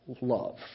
love